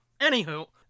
anywho